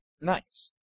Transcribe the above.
Nice